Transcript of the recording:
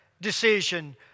decision